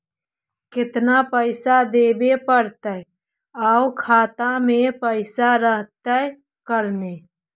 केतना पैसा देबे पड़तै आउ खातबा में पैसबा रहतै करने?